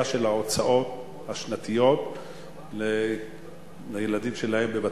של ההוצאות השנתיות על הילדים שלהם בבתי-הספר.